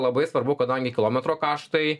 labai svarbu kadangi kilometro kaštai